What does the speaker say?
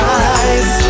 eyes